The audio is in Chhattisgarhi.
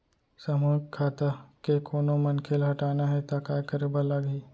सामूहिक खाता के कोनो मनखे ला हटाना हे ता काय करे बर लागही?